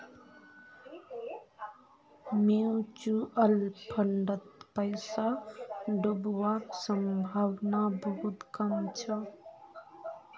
mutual फंडत पैसा डूबवार संभावना बहुत कम छ